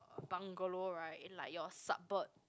bungalow right like your suburb